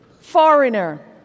foreigner